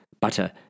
butter